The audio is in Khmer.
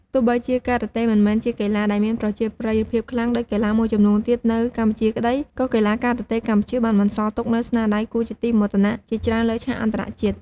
ទោះបីជាការ៉ាតេមិនមែនជាកីឡាដែលមានប្រជាប្រិយភាពខ្លាំងដូចកីឡាមួយចំនួនទៀតនៅកម្ពុជាក្ដី ក៏កីឡាករការ៉ាតេកម្ពុជាបានបន្សល់ទុកនូវស្នាដៃគួរជាទីមោទនៈជាច្រើនលើឆាកអន្តរជាតិ។។